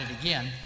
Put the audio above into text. again